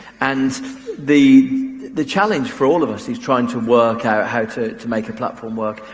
and the the challenge for all of us is trying to work out how to to make a platform work,